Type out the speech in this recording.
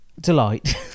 delight